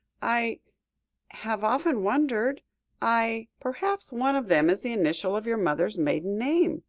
i have often wondered i perhaps one of them is the initial of your mother's maiden name?